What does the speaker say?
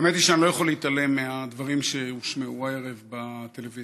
האמת היא שאני לא יכול להתעלם מהדברים שהושמעו הערב בטלוויזיה.